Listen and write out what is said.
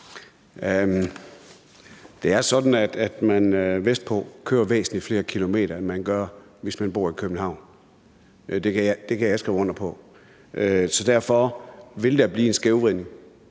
Det er sådan, at man vestpå kører væsentlig flere kilometer, end man gør, hvis man bor i København – det kan jeg skrive under på – så derfor vil der blive en skævvridning.